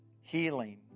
healing